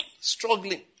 struggling